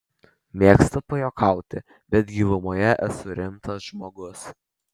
mėgstu pajuokauti bet gilumoje esu rimtas žmogus